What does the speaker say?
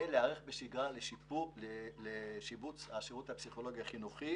להיערך בשגרה לשיבוץ השירות הפסיכולוגי החינוכי